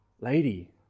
lady